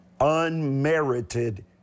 unmerited